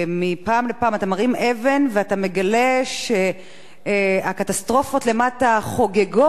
מפעם לפעם אתה מרים אבן ואתה מגלה שהקטסטרופות למטה חוגגות.